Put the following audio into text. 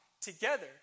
together